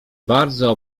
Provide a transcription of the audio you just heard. bardzo